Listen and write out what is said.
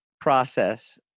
process